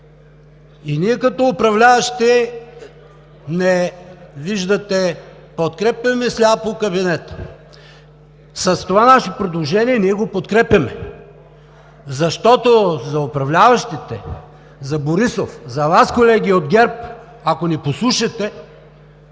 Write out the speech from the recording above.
И ние като управляващи, виждате, не подкрепяме сляпо кабинета. С това наше предложение ние го подкрепяме, защото за управляващите, за Борисов, за Вас, колеги от ГЕРБ, ако ни послушате,